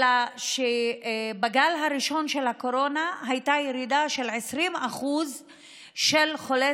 אלא בגל הראשון של הקורונה הייתה ירידה של 20% של חולי